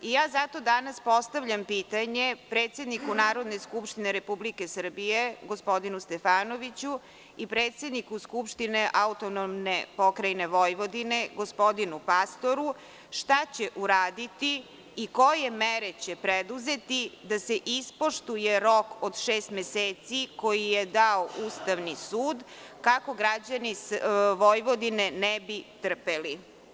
Zato danas postavljam pitanje predsedniku Narodne skupštine Republike Srbije gospodinu Stefanoviću i predsedniku Skupštine AP Vojvodine, gospodinu Pastoru - šta će uraditi i koje mere će preduzeti da se ispoštuje rok od šest meseci koji je dao Ustavni sud kako građani Vojvodine ne bi trpeli?